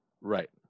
Right